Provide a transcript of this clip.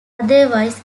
otherwise